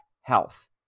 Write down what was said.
health